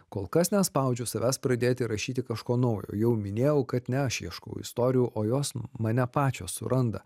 kol kas nespaudžiu savęs pradėti rašyti kažko naujo jau minėjau kad ne aš ieškau istorijų o jos mane pačios suranda